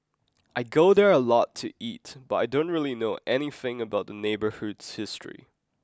I go there a lot to eat but I don't really know anything about the neighbourhood's history